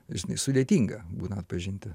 žinai sudėtinga būna atpažinti